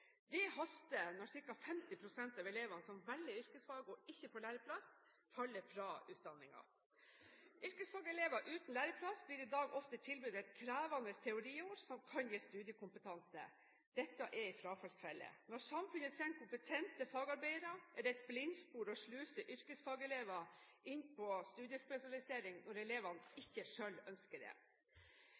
Det haster når ca. 50 pst. av elevene som velger yrkesfag, og som ikke får læreplass, faller fra utdanningen. Yrkesfagelever uten lærlingplass blir i dag ofte tilbudt et krevende teoriår som kan gi studiekompetanse. Dette er en frafallsfelle. Når samfunnet trenger kompetente fagarbeidere, er det et blindspor å sluse yrkesfagelever inn på studiespesialisering når elvene ikke selv ønsker det.